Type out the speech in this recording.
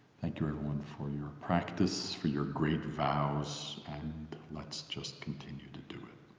thank you, everyone, for your practice, for your great vows and let's just continue to do it!